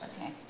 okay